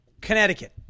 Connecticut